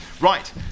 Right